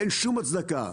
אין שום הצדקה.